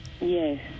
Yes